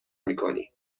میکنی